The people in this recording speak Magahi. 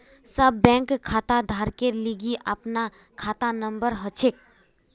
सब बैंक खाताधारकेर लिगी अपनार खाता नंबर हछेक